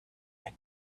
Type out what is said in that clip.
had